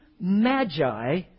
magi